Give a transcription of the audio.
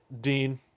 Dean